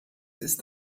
ist